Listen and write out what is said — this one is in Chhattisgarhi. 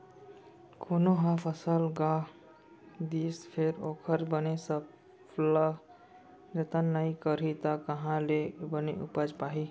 कोनो ह फसल गा दिस फेर ओखर बने सकला जतन नइ करही त काँहा ले बने उपज पाही